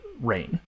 rain